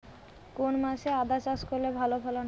কোন মাসে আদা চাষ করলে ভালো ফলন হয়?